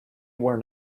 were